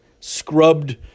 scrubbed